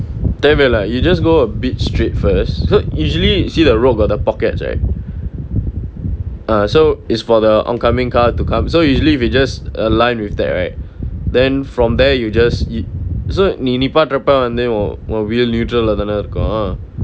தேவ:theva lah you just go a bit straight first so usually see the road got the pockets right ah so it's for the oncoming car to come so usually if you just align with that right then from there you just yo~ so நீ நிப்பாற்றப்ப வந்து உன் உன்:nee nippaatrappa vanthu un un wheel neutral ah தான இருக்கும்:thaana irukkum